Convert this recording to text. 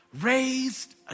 Raised